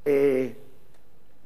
אני אתן לכם אפילו את התאריך: